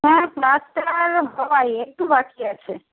হ্যাঁ প্লাস্টার হয়ে একটু বাকি আছে